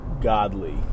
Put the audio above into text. godly